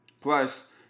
Plus